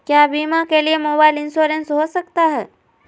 क्या बीमा के लिए मोबाइल इंश्योरेंस हो सकता है?